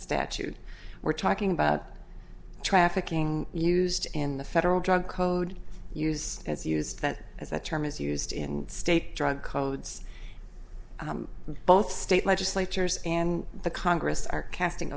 statute we're talking about trafficking used in the federal drug code use as used that as that term is used in state drug codes both state legislatures and the congress are casting